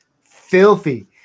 filthy